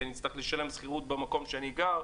כי אני אצטרך לשלם שכירות במקום שאני גר,